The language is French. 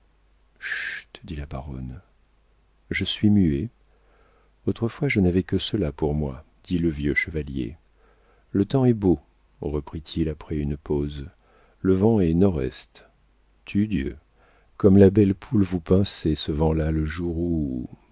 chut dit la baronne je suis muet autrefois je n'avais que cela pour moi dit le vieux chevalier le temps est beau reprit-il après une pause le vent est nord-est tudieu comme la belle poule vous pinçait ce vent là le jour où